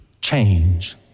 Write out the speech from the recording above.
change